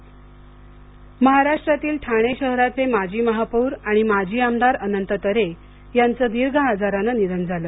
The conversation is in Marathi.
तरे निधन महाराष्ट्रातील ठाणे शहराचे माजी महापौर आणि माजी आमदार अनंत तरे यांचं दीर्घ आजारानं निधन झालं